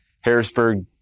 Harrisburg